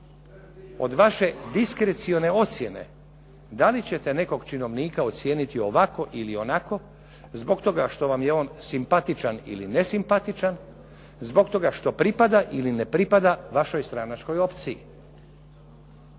od vaše diskrecione ocjene da li ćete nekog činovnika ocijeniti ovako ili onako zbog toga što vam je on simpatičan ili ne simpatičan, zbog toga što pripada ili ne pripada vašoj stranačkoj opciji.